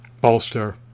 bolster